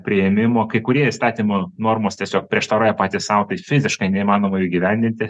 priėmimo kai kurie įstatymo normos tiesiog prieštarauja patys sau tai fiziškai neįmanoma įgyvendinti